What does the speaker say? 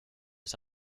les